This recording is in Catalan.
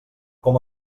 com